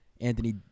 Anthony